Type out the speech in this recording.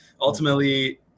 ultimately